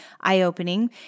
eye-opening